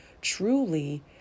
truly